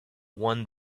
one